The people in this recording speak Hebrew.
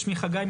שמי חגי,